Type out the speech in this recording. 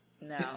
No